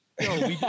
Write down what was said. No